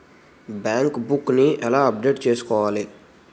Bank book నీ ఎలా update చేసుకోవాలి?